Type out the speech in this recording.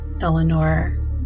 Eleanor